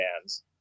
bands